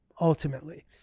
ultimately